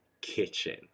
kitchen